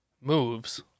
moves